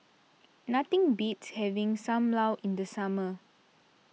nothing beats having Sam Lau in the summer